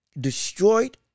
destroyed